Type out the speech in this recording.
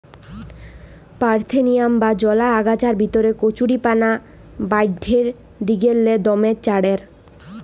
parthenium বা জলা আগাছার ভিতরে কচুরিপানা বাঢ়্যের দিগেল্লে দমে চাঁড়ের